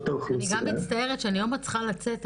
אני מצטערת, אני עוד מעט צריכה לצאת.